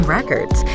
Records